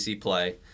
play